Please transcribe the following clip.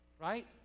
Right